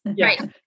Right